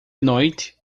noite